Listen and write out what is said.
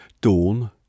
Dawn